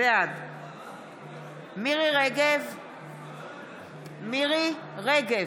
בעד מירי מרים רגב,